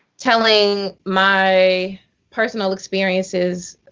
telling my personal experiences